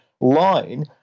line